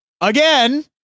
again